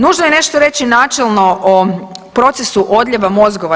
Nužno je nešto reći načelno o procesu odljeva mozgova.